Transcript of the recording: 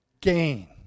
gain